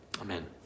amen